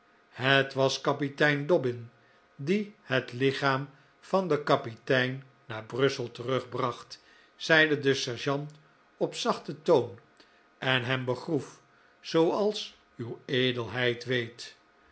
het was kapitein dobbin die het lichaam van den kapitein naar brussel terugbracht zeide de sergeant op zachten toon en hem begroef zooals uw edelheid weet